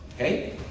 okay